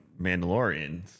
Mandalorians